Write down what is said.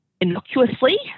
innocuously